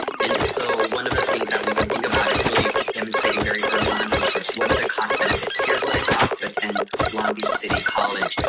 and so one of the things that we can think about is really demonstrating very early on in the resource, what are the cost benefits? here's what it costs to attend long beach city college,